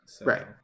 Right